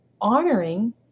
honoring